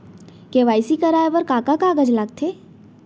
KYC कराये बर का का कागज लागथे?